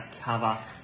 cover